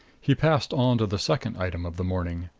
he passed on to the second item of the morning.